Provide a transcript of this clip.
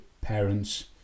parents